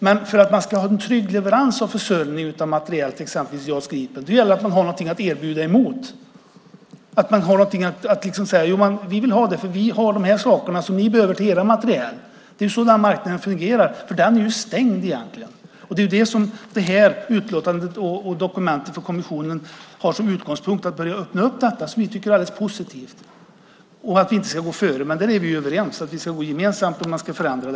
Men för att man ska ha en trygg leverans och försörjning av materiel, till exempel till JAS Gripen, gäller det att man har något att erbjuda emot, att man kan säga: Vi vill ha det här, och vi har de här sakerna som ni behöver till er materiel. Det är så den här marknaden fungerar, för den är ju egentligen stängd. Att börja öppna den marknaden är det som detta utlåtande och dokumentet från kommissionen har som utgångspunkt, och det tycker vi är positivt. Vi ska inte gå före, där är vi överens, utan vi ska gå fram gemensamt om detta ska förändras.